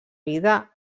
vida